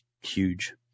huge